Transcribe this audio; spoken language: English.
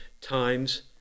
times